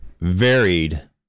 varied